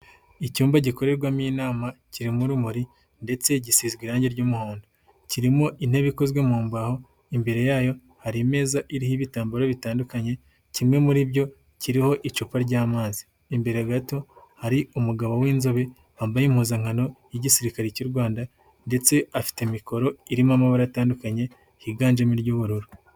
Icyumba gikorerwamo inama, kirimo urumuri ndetse gisize irangi ry'umuhondo, kirimo intebe ikozwe mu mbaho, imbere yayo hari imeza iriho ibitambaro bitandukanye, kimwe muri byo kiriho icupa ry'amazi, imbere gato hari umugabo w'inzobe, wambaye impuzankano y'igisirikare cy'u Rwanda ndetse afite mikoro irimo amabara atandukanye higanjemo ay'ubururu.